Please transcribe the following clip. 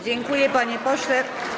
Dziękuję, panie pośle.